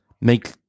make